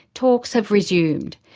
talks have resumed,